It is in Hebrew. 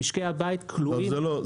משקי הבית כלואים --- לא,